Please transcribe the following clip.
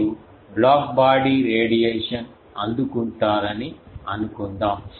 మీరు black body radiation అందుకుంటారని అనుకుందాం